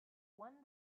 one